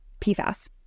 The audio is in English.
PFAS